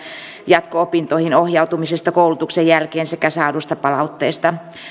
jatko opintoihin ohjautumisesta koulutuksen jälkeen sekä saadusta palautteesta